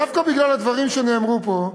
דווקא בגלל הדברים שנאמרו פה,